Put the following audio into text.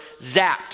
zapped